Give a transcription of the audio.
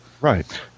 Right